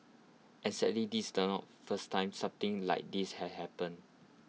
and sadly this the not first time something like this had happened